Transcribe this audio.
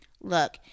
Look